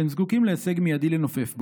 הם זקוקים להישג מיידי לנופף בו.